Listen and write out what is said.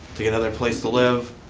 to get another place to live,